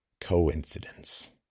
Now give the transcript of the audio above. coincidence